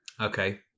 Okay